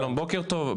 שלום בוקר טוב,